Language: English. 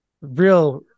Real